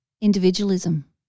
Individualism